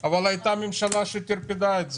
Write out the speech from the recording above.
אבל הייתה ממשלה שטרפדה את זה.